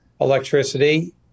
electricity